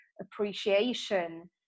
appreciation